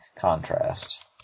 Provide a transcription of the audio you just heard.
contrast